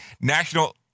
National